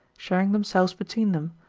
sharing themselves between them,